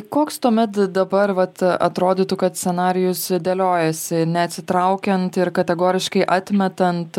koks tuomet dabar vat atrodytų kad scenarijus dėliojasi neatsitraukiant ir kategoriškai atmetant